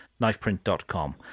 knifeprint.com